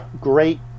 great